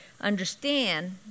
understand